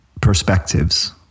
perspectives